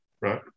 Right